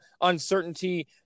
uncertainty